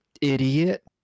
idiot